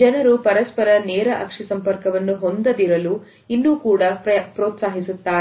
ಜನರು ಪರಸ್ಪರ ನೇರ ಅಕ್ಷಿಸಂಪರ್ಕವನ್ನು ಹೊಂದದಿರಲು ಇನ್ನು ಕೂಡ ಪ್ರೋತ್ಸಾಹಿಸುತ್ತಾರೆ